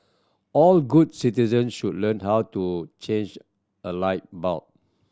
all good citizen should learn how to change a light bulb